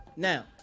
Now